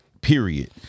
period